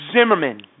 Zimmerman